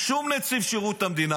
שום נציב שירות המדינה.